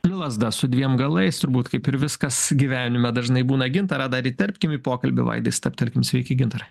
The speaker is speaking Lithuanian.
tai lazda su dviem galais turbūt kaip ir viskas gyvenime dažnai būna gintarą dar įterpkim į pokalbį vaidai stabtelkim sveiki gintarai